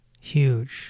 huge